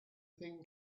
thing